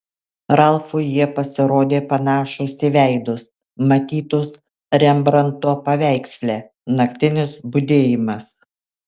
ralfui jie pasirodė panašūs į veidus matytus rembranto paveiksle naktinis budėjimas